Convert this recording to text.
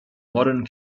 modern